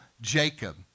Jacob